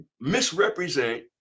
misrepresent